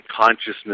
consciousness